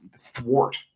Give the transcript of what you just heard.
thwart